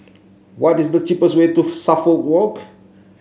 what is the cheapest way to Suffolk Walk